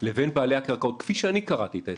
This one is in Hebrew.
לבין בעלי הקרקעות, כפי שאני קראתי את ההסכמים,